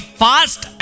fast